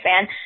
fan—